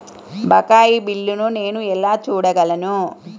బకాయి బిల్లును నేను ఎలా చూడగలను?